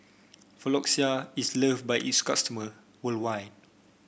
Floxia is loved by its customers worldwide